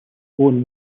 own